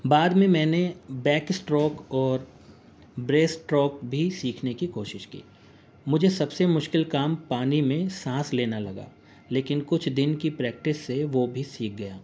بعد میں میں نے بیک اسٹروک اور بریسٹ اسٹروک بھی سیکھنے کی کوشش کی مجھے سب سے مشکل کام پانی میں سانس لینا لگا لیکن کچھ دن کی پریکٹس سے وہ بھی سیکھ گیا